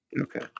Okay